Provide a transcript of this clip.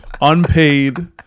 unpaid